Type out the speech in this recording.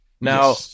Now